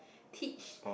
teach